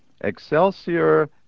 Excelsior